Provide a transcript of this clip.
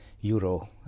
euro